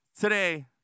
Today